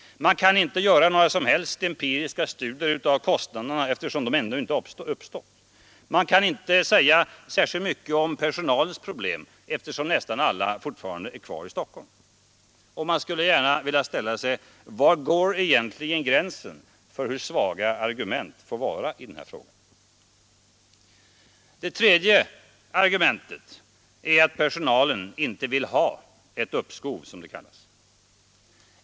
Man kan inte göra några som helst empiriska studier av kostnaderna, eftersom de ännu inte uppstått. Man kan inte säga särskilt mycket om personalens problem, eftersom nästan alla fortfarande är kvar i Stockholm. Var går egentligen gränsen för hur svaga argumenten får vara i den här frågan? Det tredje argumentet är att personalen inte vill ha ett uppskov, som det kallas.